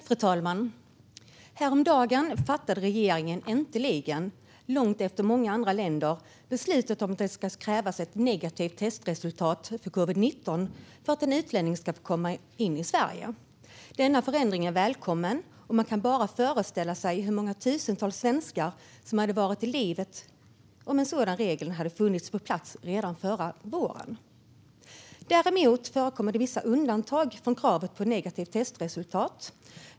Frau talman! Häromdagen fattade regeringen äntligen, långt efter många andra länder, beslut om att det ska krävas ett negativt testresultat för covid-19 för att en utlänning ska få komma in i Sverige. Denna förändring är välkommen. Man kan bara föreställa sig hur många tusentals svenskar som hade varit i livet om en sådan regel hade kommit på plats redan förra våren. Dock förekommer vissa undantag från kravet på negativt testresultat.